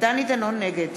נגד